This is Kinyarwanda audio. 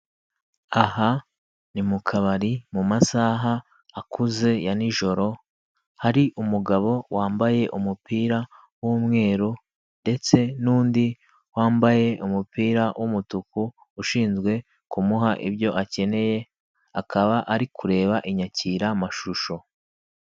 Aha ni mu kabari mu masaha akuze ya nijoro, hari umugabo wambaye umupira w'umweru ndetse n'undi wambaye umupira w'umutuku ushinzwe kumuha ibyo akeneye, akaba ari kureba inyakiramashusho.